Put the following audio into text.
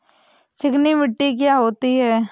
चिकनी मिट्टी क्या होती है?